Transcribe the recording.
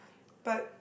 but